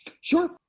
Sure